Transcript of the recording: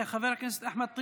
חבר הכנסת אחמד טיבי,